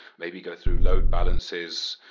maybe go through load balances,